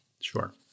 Sure